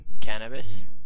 cannabis